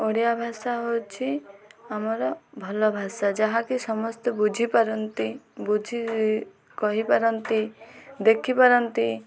ଓଡ଼ିଆ ଭାଷା ହେଉଛି ଆମର ଭଲ ଭାଷା ଯାହାକି ସମସ୍ତେ ବୁଝିପାରନ୍ତି ବୁଝି କହିପାରନ୍ତି ଦେଖିପାରନ୍ତି